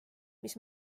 mis